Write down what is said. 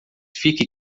fique